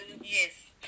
Yes